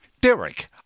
Derek